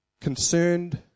concerned